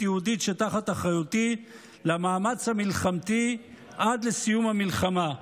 יהודית שתחת אחריותי למאמץ המלחמתי עד לסיום המלחמה.